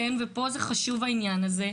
ופה זה חשוב העניין הזה,